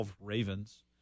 Ravens